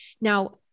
Now